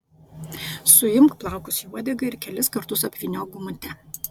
suimk plaukus į uodegą ir kelis kartus apvyniok gumute